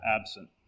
absent